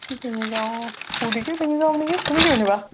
কি পিন্ধি যাও কুৰ্তিকে পিন্ধি যাওঁ নেকি তুমি কি পিন্ধিবা